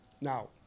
Now